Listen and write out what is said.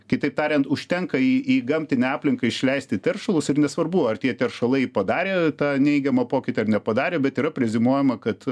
kitaip tariant užtenka į į gamtinę aplinką išleisti teršalus ir nesvarbu ar tie teršalai padarė tą neigiamą pokytį ar nepadarė bet yra preziumuojama kad